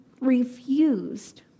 refused